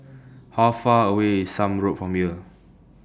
How Far away IS Somme Road from here